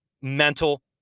mental